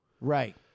Right